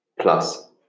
plus